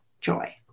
joy